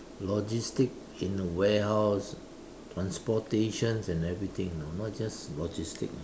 logistic in a warehouse transportation and everything you know not just logistic you know